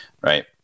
right